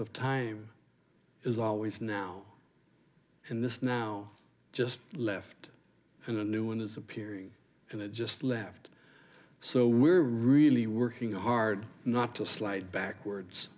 of time is always now in this now just left and a new one is appearing and it just left so we're really working hard not to slide backwards